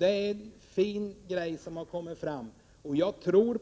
Det tycker jag är något fint. Och jag tror